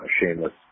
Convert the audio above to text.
shameless